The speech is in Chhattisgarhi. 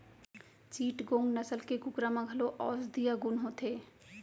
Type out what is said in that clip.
चिटगोंग नसल के कुकरा म घलौ औसधीय गुन होथे